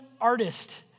artist